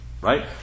right